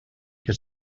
que